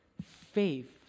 Faith